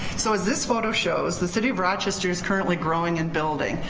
so as this photo shows, the city of rochester's currently growing and building.